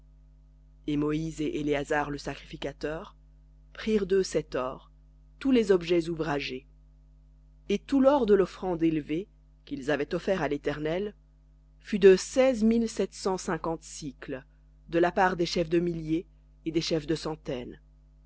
et moïse et éléazar le sacrificateur prirent d'eux cet or tous les objets ouvragés et tout l'or de l'offrande élevée qu'ils avaient offert à l'éternel fut de seize mille sept cent cinquante sicles de la part des chefs de milliers et des chefs de centaines